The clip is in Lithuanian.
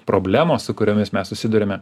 problemos su kuriomis mes susiduriame